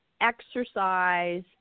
exercise